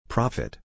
Profit